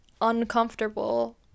uncomfortable